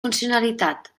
funcionalitat